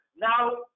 Now